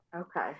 Okay